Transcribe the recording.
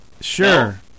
Sure